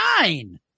nine